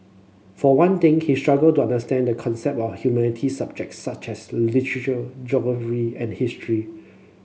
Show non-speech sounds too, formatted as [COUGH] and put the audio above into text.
for one thing he struggled to understand the concept of humanities subjects such as [UNINTELLIGIBLE] geography and history